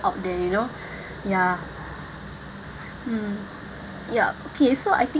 out there you know ya mm yup okay so I think